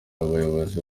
abayobozi